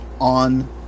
on